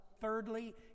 Thirdly